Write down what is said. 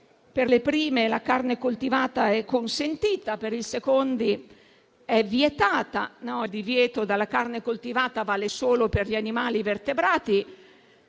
per le prime la carne coltivata è consentita, per i secondi è vietata. Il divieto per la carne coltivata vale solo per gli animali vertebrati,